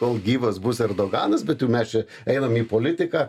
kol gyvas bus erdoganas bet jau mes čia einam į politiką